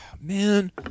man